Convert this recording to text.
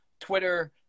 Twitter